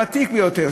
הוותיק ביותר,